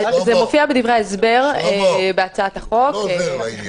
זה מופיע בהצעת החוק, בדברי הסבר.